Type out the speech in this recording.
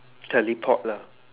teleport lah